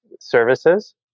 services